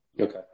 Okay